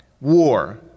War